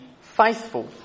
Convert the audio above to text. faithful